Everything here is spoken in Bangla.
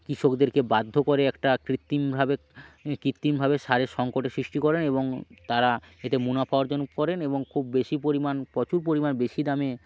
কৃষকদেরকে বাধ্য করে একটা কৃত্রিমভাবে কৃত্রিমভাবে সারের সংকটের সৃষ্টি করেন এবং তারা এতে মুনাফা অর্জন করেন এবং খুব বেশি পরিমাণ প্রচুর পরিমাণ বেশি দামে